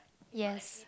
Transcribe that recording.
yes